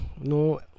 No